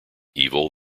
evil